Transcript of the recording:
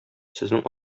сезнең